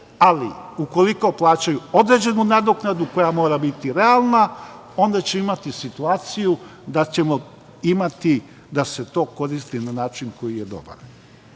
ali ukoliko plaćaju određenu nadoknadu koja mora biti realna, onda ćemo imati situaciju da ćemo imati da se to koristi na način koji je dobar. Možda